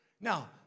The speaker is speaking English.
now